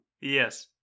Yes